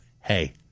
hey